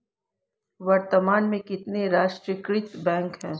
वर्तमान में कितने राष्ट्रीयकृत बैंक है?